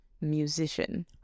musician